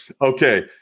Okay